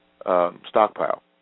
stockpile